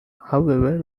however